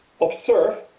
observe